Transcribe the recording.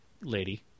lady